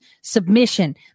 submission